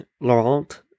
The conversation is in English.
Laurent